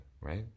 right